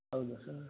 ಹೌದಾ ಸರ್